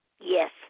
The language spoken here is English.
Yes